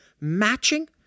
matching